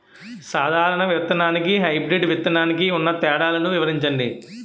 సాధారణ విత్తననికి, హైబ్రిడ్ విత్తనానికి ఉన్న తేడాలను వివరించండి?